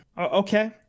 Okay